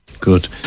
Good